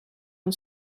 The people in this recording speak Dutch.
een